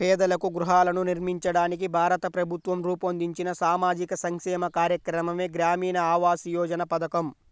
పేదలకు గృహాలను నిర్మించడానికి భారత ప్రభుత్వం రూపొందించిన సామాజిక సంక్షేమ కార్యక్రమమే గ్రామీణ ఆవాస్ యోజన పథకం